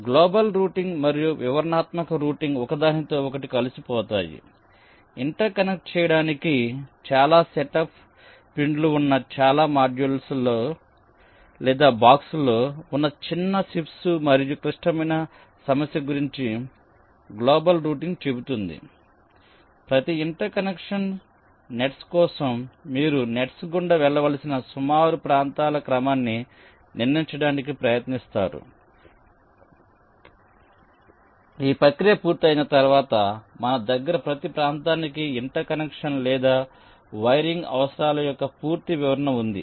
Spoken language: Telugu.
గ్లోబల్ రూటింగ్ మరియు వివరణాత్మక రూటింగ్ ఒకదానితో ఒకటి కలిసిపోతాయి ఇంటర్కనెక్ట్ చేయడానికి చాలా సెటప్ పిన్లు ఉన్న చాలా మాడ్యూల్స్ లేదా బ్లాక్స్ ఉన్న చిప్స్లో మరింత క్లిష్టమైన సమస్య గురించి గ్లోబల్ రూటింగ్ చెబుతుంది కాబట్టి ప్రతి ఇంటర్ కనెక్షన్ నెట్స్ కోసం మీరు నెట్స్ గుండా వెళ్ళవలసిన సుమారు ప్రాంతాల క్రమాన్ని నిర్ణయించడానికి ప్రయత్నిస్తారు మరియు ఈ ప్రక్రియ పూర్తయిన తర్వాత మన దగ్గర ప్రతి ప్రాంతానికి ఇంటర్ కనెక్షన్ లేదా వైరింగ్ అవసరాల యొక్క పూర్తి వివరణ ఉంది